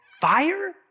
fire